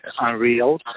unreal